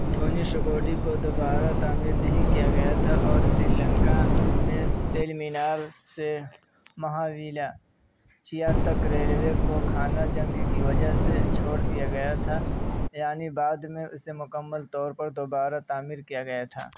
دھونی شکوڈی کو دوبارہ تعمیر نہیں کیا گیا تھا اور سری لنکا نے تیل مینار سے مہاویلا چیا تک ریلوے کو خانہ جنگی کی وجہ سے چھوڑ دیا گیا تھا یعنی بعد میں اسے مکمل طور پر دوبارہ تعمیر کیا گیا تھا